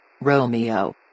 Romeo